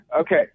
Okay